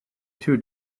two